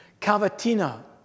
Cavatina